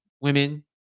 women